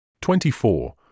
24